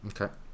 okay